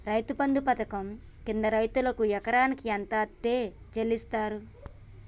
రైతు బంధు పథకం కింద రైతుకు ఎకరాకు ఎంత అత్తే చెల్లిస్తరు?